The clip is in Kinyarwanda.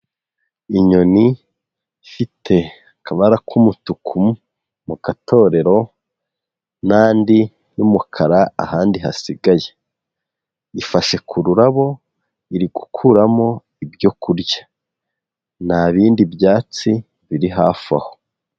Inyoni ifite akabara k'umutuku mu katorero, n'andi y'umukara ahandi hasigaye. Ifashe ku rurabo iri gukuramo ibyo kurya nta bindi byatsi biri hafi aho.